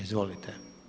Izvolite.